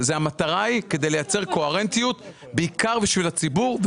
זה המטרה היא כדי לייצר קוהרנטיות בעיקר בשביל הציבור.